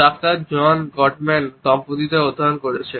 doctor John Gottman দম্পতিদের অধ্যয়ন করেছেন